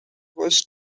was